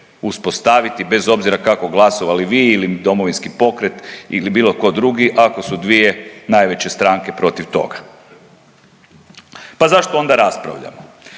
uspostaviti bez obzira kako glasovali vi ili Domovinski pokret ili bilo tko drugi ako su dvije najveće stranke protiv toga. Pa zašto onda raspravljamo?